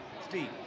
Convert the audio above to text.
Steve